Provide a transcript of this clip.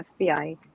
FBI